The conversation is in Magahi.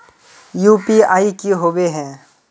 यु.पी.आई की होबे है?